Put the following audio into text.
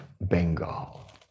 Bengal